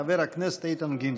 חבר הכנסת איתן גינזבורג.